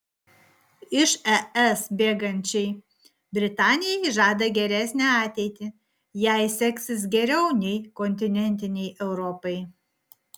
iš es bėgančiai britanijai žada geresnę ateitį jai seksis geriau nei kontinentinei europai